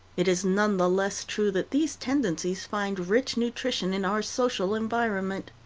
it is none the less true that these tendencies find rich nutrition in our social environment.